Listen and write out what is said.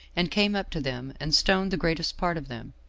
and came up to them, and stoned the greatest part of them,